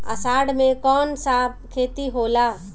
अषाढ़ मे कौन सा खेती होला?